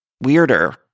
weirder